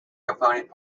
component